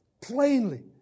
plainly